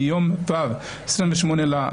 מיום 28 בינואר,